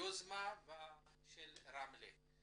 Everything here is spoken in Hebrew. היוזמה של רמלה.